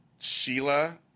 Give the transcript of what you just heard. Sheila